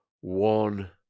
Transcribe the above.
one